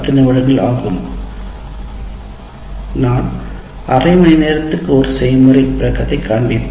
நான் அரை மணி நேரத்திற்கு ஒரு செய்முறை விளக்கத்தை காண்பிப்பேன்